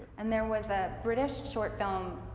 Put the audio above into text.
and there was a british short film,